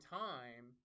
time